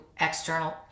external